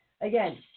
Again